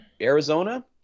Arizona